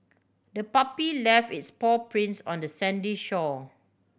the puppy left its paw prints on the sandy shore